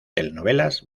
telenovelas